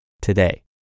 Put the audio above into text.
today